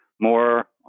more